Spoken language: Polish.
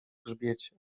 grzbiecie